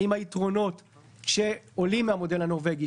האם היתרונות שעולים מהמודל הנורבגי,